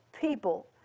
people